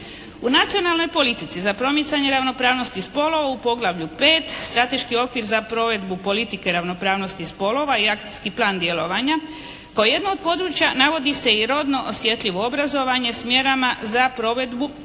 U nacionalnoj politici za promicanje ravnopravnosti spolova u poglavlju 5. strateški okvir za provedbu politike ravnopravnost spolova i akcijski plan djelovanja kao jedno od područja navodi se i rodno osjetljivo obrazovanje s mjerama za provedbu koje